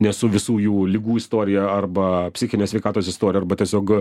ne su visų jų ligų istorija arba psichinės sveikatos istorija arba tiesiog